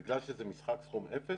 בגלל שזה משחק סכום אפס,